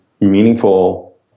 meaningful